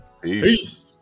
Peace